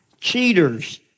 cheaters